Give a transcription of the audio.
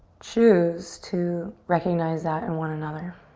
choose to recognize that in one another.